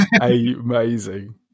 Amazing